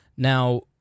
Now